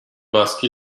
baskı